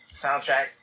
soundtrack